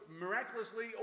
miraculously